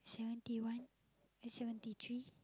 seventy one eh seventy three